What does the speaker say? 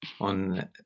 on